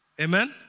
Amen